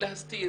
להסתיר